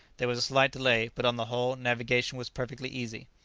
there was a slight delay, but, on the whole, navigation was perfectly easy.